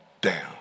down